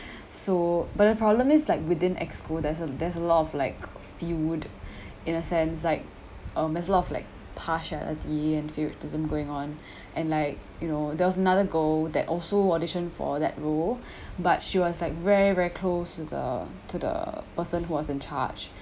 so but the problem is like within exco there's a there's a lot of like feud in a sense like um there's a lot like partiality and the favouritism going on and like you know there was another girl that also auditioned for that role but she was like very very close to the to the person who was in charge